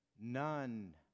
none